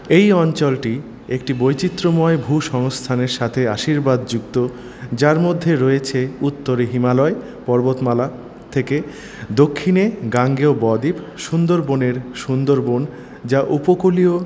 এই অঞ্চলটি একটি বৈচিত্র্যময় ভূসংস্থানের সাথে আশীর্বাদযুক্ত যার মধ্যে রয়েছে উত্তরে হিমালয় পর্বতমালা থেকে দক্ষিণে গাঙ্গেয় বদ্বীপ সুন্দরবনের সুন্দরবন যা উপকূলীয়